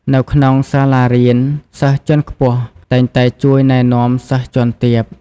នៅក្នុងសាលារៀន សិស្សជាន់ខ្ពស់តែងតែជួយណែនាំសិស្សជាន់ទាប។